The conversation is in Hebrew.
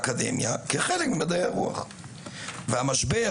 וגם כשאימצו אותה האקדמיה למדעים אמרו נפתח